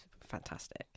fantastic